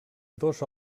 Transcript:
dos